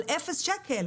על אפס שקל.